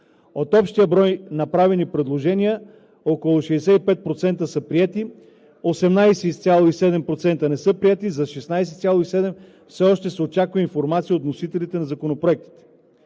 От общия брой направени предложения около 65% са приети, 18,7% не са приети, а за 16,7% все още се очаква информация от вносителите на законопроектите.